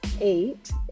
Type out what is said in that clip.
eight